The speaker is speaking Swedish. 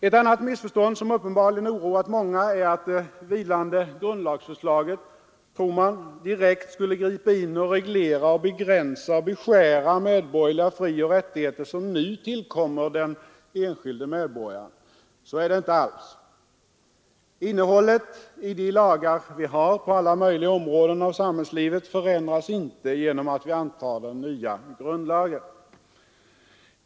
Ett annat missförstånd som uppenbarligen oroat många är att det vilande grundlagsförslaget direkt skulle gripa in och reglera och begränsa och beskära medborgerliga frioch rättigheter som nu tillkommer den enskilde medborgaren. Så är det inte alls. Innehållet i de lagar vi har på alla möjliga områden av samhällslivet förändras inte genom att vi antar den nya grundlagen.